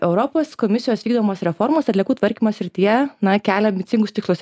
europos komisijos vykdomos reformos atliekų tvarkymo srityje na kelia ambicingus tikslus